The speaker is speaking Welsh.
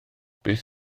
beth